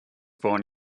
born